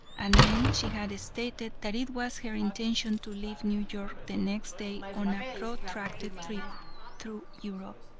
and then she had stated that it was her intention to leave new york the next day on a protracted trip through europe.